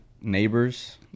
neighbors